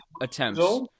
attempts